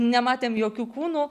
nematėm jokių kūnų